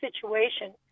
situation